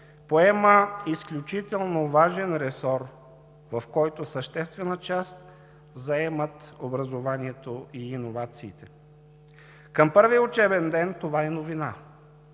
поема изключително важен ресор, в който съществена част заемат образованието и иновациите. Към първия учебен ден това е новина